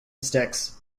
sticks